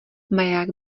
maják